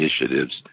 initiatives